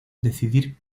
decidir